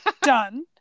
Done